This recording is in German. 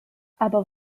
aber